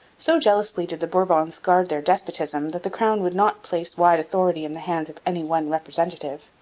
so jealously did the bourbons guard their despotism that the crown would not place wide authority in the hands of any one representative.